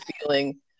feeling